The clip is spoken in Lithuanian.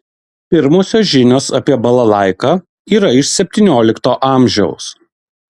pirmosios žinios apie balalaiką yra iš septyniolikto amžiaus